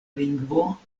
lingvo